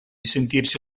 sentirsi